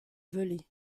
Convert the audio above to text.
velay